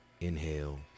Inhale